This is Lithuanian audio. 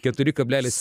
keturi kablelis